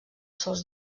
sols